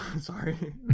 Sorry